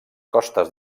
costes